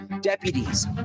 deputies